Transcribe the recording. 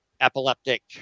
Epileptic